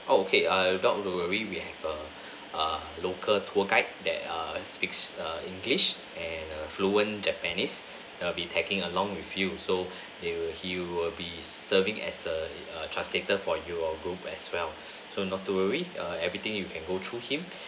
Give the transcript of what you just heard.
oh okay not to worry we have a a local tour guide that err speaks english and err fluent japanese they'll be tagging along with you so they will he will be serving as a translator for your group as well so not to worry everything you can go through him